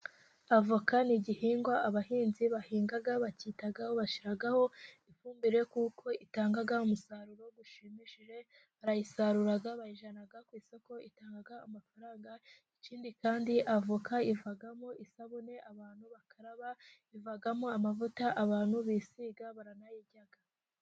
Avoka ni igihingwa abahinzi bahinga, bacyitaho, bashyiraho ifumbire, kuko itanga umusaruro ushimishije, barayisarura, bayijyana ku isoko, itanga amafaranga, ikindi kandi avoka ivamo isabune, abantu bakaraba, ivamo amavuta abantu bisiga, baranayirya.